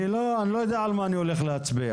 אני לא יודע על מה אני הולך להצביע.